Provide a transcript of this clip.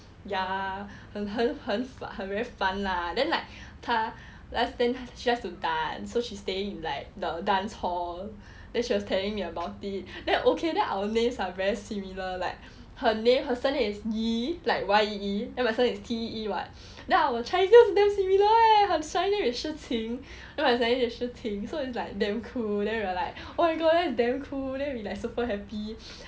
ya 很很 very fun lah then like 他 last time she likes to dance so she stay in like the dance hall then she was telling me about it then I okay then our names are very similar like her name her surname is yee like Y E E then my surname is T E E [what] then our chinese also damn similar eh her chinese name is shi qing then my chinese name is shi ting so is like damn cool then we're like oh my god that's damn cool then we like super happy